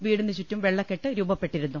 വീടിനുചുറ്റും വെള്ളക്കെട്ട് രൂപപ്പെട്ടിരുന്നു